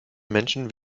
menschen